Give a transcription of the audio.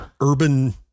urban